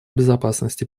безопасности